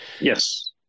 Yes